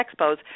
expos